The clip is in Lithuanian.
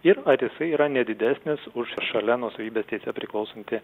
ir ar jisai yra ne didesnis už šalia nuosavybės teise priklausantį